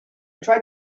tried